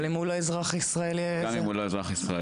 אם הוא לא אזרח ישראלי --- גם אם הוא לא אזרח ישראלי.